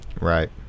Right